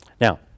Now